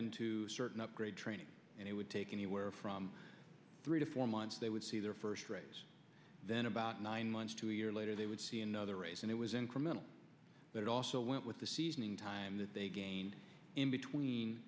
into certain upgrade training and it would take anywhere from three to four months they would see their first raise then about nine months to a year later they would see another raise and it was incremental but it also went with the seasoning time that they gained in between